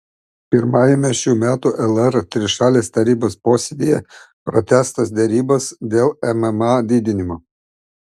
pirmajame šių metų lr trišalės tarybos posėdyje pratęstos derybos dėl mma didinimo